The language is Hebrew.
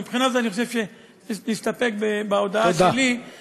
מבחינה זו, אני חושב שנסתפק בהודעה שלי, תודה.